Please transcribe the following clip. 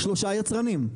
שלושה יצרנים.